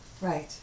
right